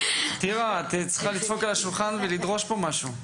טירה, את צריכה לדפוק על השולחן ולדרוש פה משהו.